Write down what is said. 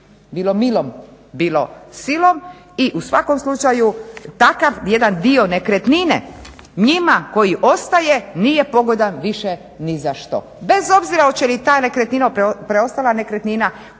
bilo milom, bilo silom i u svakom slučaju takav jedan dio nekretnine njima koji ostaje nije pogodan više ni za što. Bez obzira hoće li ta nekretnina preostala koristiti